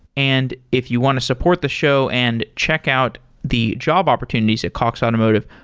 and if you want to support the show and check out the job opportunities at cox automotive,